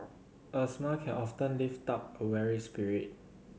a smile can often lift up a weary spirit